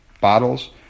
bottles